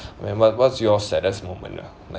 when what what's your saddest moment ah like